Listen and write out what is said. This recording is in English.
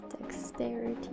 Dexterity